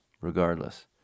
Regardless